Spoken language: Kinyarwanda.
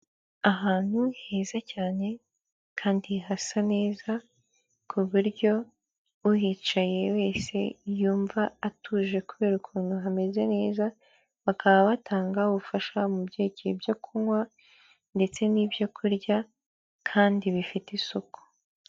Ahantu heza cyane kandi hasa neza ku buryo uhicaye wese yumva atuje kubera ukuntu hameze neza, bakaba batanga ubufasha mu byerekeye ibyo kunywa ndetse n'ibyo kurya kandi bifite isuku.